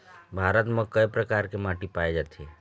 भारत म कय प्रकार के माटी पाए जाथे?